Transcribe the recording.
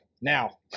Now